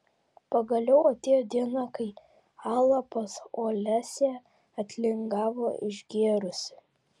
pagaliau atėjo diena kai ala pas olesią atlingavo išgėrusi